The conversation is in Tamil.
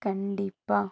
கண்டிப்பாக